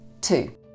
Two